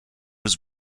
was